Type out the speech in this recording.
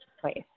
place